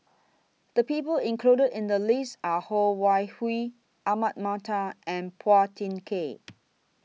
The People included in The list Are Ho Wan Hui Ahmad Mattar and Phua Thin Kiay